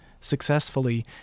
successfully